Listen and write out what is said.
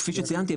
כפי שציינתי,